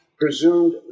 presumed